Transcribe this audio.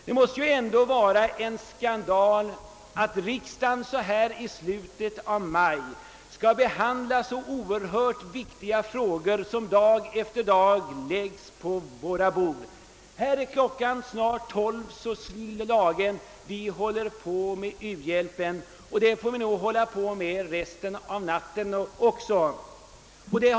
Det måste ändock vara en skandal att riksdagen på det sätt, som nu sker, i slutet av maj skall behandla så oerhört viktiga frågor som dem som dag efter dag läggs på våra bord. Klockan slår nu snart 12 i natt, och vi kommer förmodligen att få ägna resten av natten åt frågan om u-hjälpen.